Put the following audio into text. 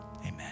Amen